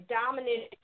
dominant